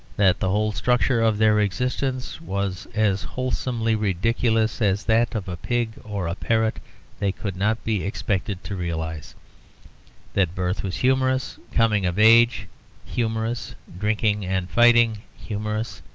that the whole structure of their existence was as wholesomely ridiculous as that of a pig or a parrot they could not be expected to realize that birth was humorous, coming of age humorous, drinking and fighting humorous,